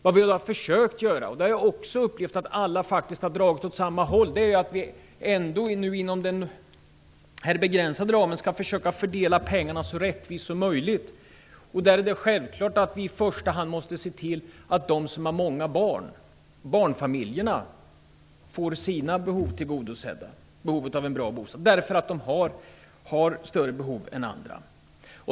Vad vi har försökt att göra, och där har jag också upplevt att alla faktiskt har dragit åt samma håll, är att vi inom den här begränsade ramen skall se till att fördela pengarna så rättvist som möjligt. Då är det självklart att vi i första hand måste se till att de som har många barn får sina behov av en bra bostad tilldgodosedda, därför att de har större behov än andra.